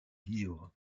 livres